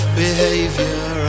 behavior